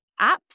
apps